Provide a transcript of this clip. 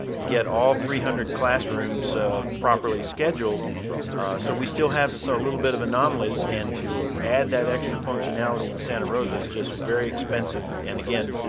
get all three hundred classrooms properly scheduled so we still have a so little bit of anomalies and to add that extra functionality in santa rosa is just very expensive and again,